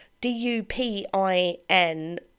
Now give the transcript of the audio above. D-U-P-I-N